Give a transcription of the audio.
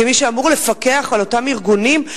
כמי שאמור לפקח על אותם ארגונים,